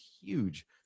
huge